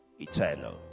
eternal